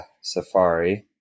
Safari